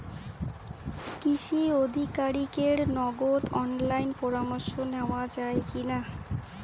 কৃষি আধিকারিকের নগদ অনলাইন পরামর্শ নেওয়া যায় কি না?